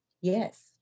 Yes